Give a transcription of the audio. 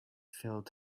filled